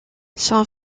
son